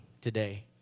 today